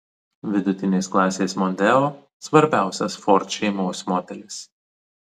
vidutinės klasės mondeo svarbiausias ford šeimos modelis